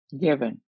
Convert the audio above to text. Given